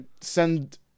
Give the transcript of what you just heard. send